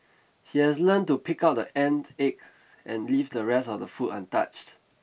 he has learnt to pick out the ant eggs and leave the rest of the food untouched